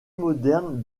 moderne